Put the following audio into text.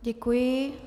Děkuji.